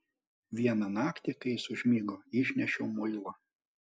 vieną naktį kai jis užmigo išnešiau muilą